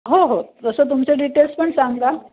हो हो तसं तुमचे डिटेल्स पण सांगा